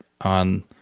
on